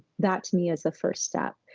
that, to me, is the first step,